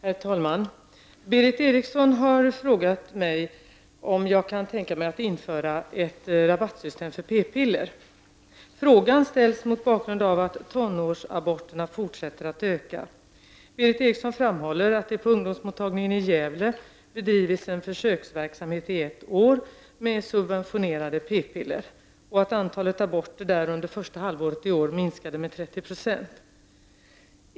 Herr talman! Berith Eriksson har frågat om jag kan tänka mig att införa ett rabattsystem för p-piller. Frågan ställs mot bakgrund av att tonårsaborterna fortsätter att öka. Berith Eriksson framhåller att det på ungdomsmottagningen i Gävle bedrivits en försöksverksamhet i ett år med subventionerade ppiller, och att antalet aborter där under första halvåret i år minskade med 30 %.